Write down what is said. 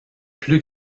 plus